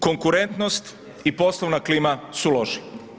Konkurentnost i poslova klima su loše.